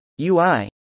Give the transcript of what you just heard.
UI